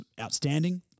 outstanding